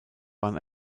bahn